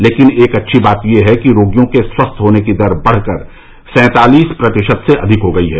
लेकिन एक अच्छी बात यह है कि रोगियों के स्वस्थ होने की दर बढ़ कर सैंतालीस प्रतिशत से अधिक हो गई है